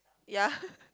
ya